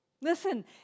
Listen